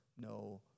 no